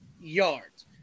yards